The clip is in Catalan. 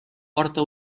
porta